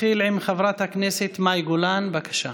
נתחיל עם חברת הכנסת מאי גולן, בבקשה.